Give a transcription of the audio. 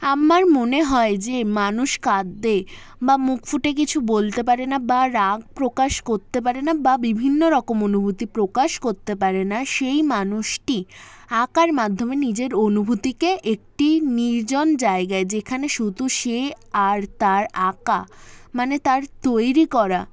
আমার মনে হয় যে মানুষ কাঁদদে বা মুখ ফুটে কিছু বলতে পারে না বা রাগ প্রকাশ করতে পারে না বা বিভিন্ন রকম অনুভূতি প্রকাশ করতে পারে না সেই মানুষটি আঁকার মাধ্যমে নিজের অনুভূতিকে একটি নির্জন জায়গায় যেখানে শুধু সে আর তার আঁকা মানে তার তৈরি করা